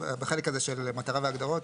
בחלק הזה של מטרה והגדרות.